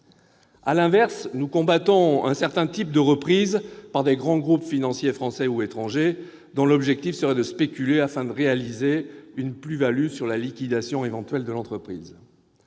À l'inverse, nous combattons un certain type de reprises par de grands groupes financiers, français ou étrangers, dont l'objectif serait de spéculer afin de réaliser une plus-value sur la liquidation de l'entreprise.